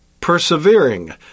persevering